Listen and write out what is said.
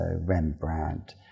Rembrandt